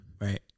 right